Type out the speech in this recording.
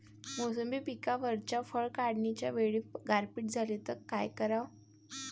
मोसंबी पिकावरच्या फळं काढनीच्या वेळी गारपीट झाली त काय कराव?